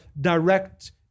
direct